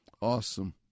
Awesome